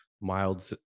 mild